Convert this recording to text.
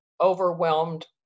overwhelmed